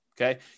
okay